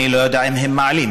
אני לא יודע אם הם מעלים.